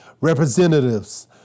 representatives